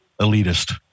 elitist